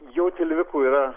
jau tilvikų yra